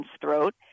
throat